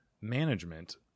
management